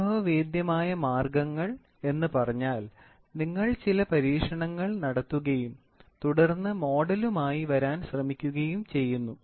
അനുഭവേദ്യമായ മാർഗ്ഗങ്ങൾ എന്ന് പറഞ്ഞാൽ നിങ്ങൾ ചില പരീക്ഷണങ്ങൾ നടത്തുകയും തുടർന്ന് മോഡലുമായി വരാൻ ശ്രമിക്കുകയും ചെയ്യുന്നു